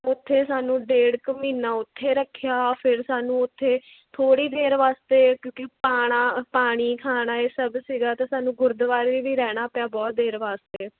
ਉੱਥੇ ਸਾਨੂੰ ਡੇਢ ਕੁ ਮਹੀਨਾ ਉੱਥੇ ਰੱਖਿਆ ਫਿਰ ਸਾਨੂੰ ਉੱਥੇ ਥੋੜ੍ਹੀ ਦੇਰ ਵਾਸਤੇ ਕਿਉਂਕਿ ਪਾਣਾ ਪਾਣੀ ਖਾਣਾ ਇਹ ਸਭ ਸੀਗਾ ਅਤੇ ਸਾਨੂੰ ਗੁਰਦੁਆਰੇ ਵੀ ਰਹਿਣਾ ਪਿਆ ਬਹੁਤ ਦੇਰ ਵਾਸਤੇ